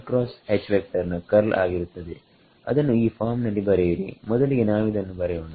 ಸೋಮೊದಲ equation ನ curl ಆಗಿರುತ್ತದೆ ಅದನ್ನು ಈ ಫಾರ್ಮ್ ನಲ್ಲಿ ಬರೆಯಿರಿ ಮೊದಲಿಗೆ ನಾವಿದನ್ನು ಬರೆಯೋಣ